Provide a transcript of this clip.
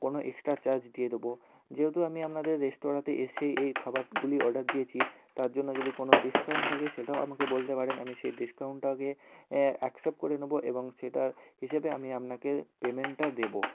কোনও extra charge দিয়ে দেবো যেহেতু আমি আপনাদের রেস্তোরাঁতে এসে এই খাবারগুলি অর্ডার দিয়েছি তার জন্য যদি কোনও ডিসকাউন্ট থাকে সেটাও আমাকে বলতে পারেন আমি সে ডিসকাউন্টটাকে অ্যাকসেপ্ট করে নেবো এবং সেটার হিসেবে আমি আপনাকে পেমেন্টটা দেবো